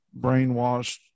brainwashed